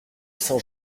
saint